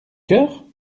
cœur